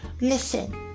listen